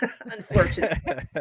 Unfortunately